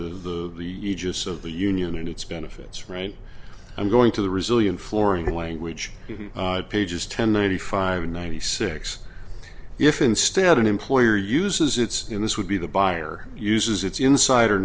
the the aegis of the union and its benefits right i'm going to the resilient flooring language pages ten ninety five and ninety six if instead an employer uses it in this would be the buyer uses its insider